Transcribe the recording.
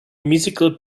musical